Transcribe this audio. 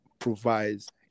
Provides